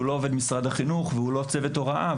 לא עובד משרד החינוך והוא לא צוות ההוראה,